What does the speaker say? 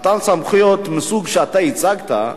שמתן סמכויות מהסוג שאתה הצגת,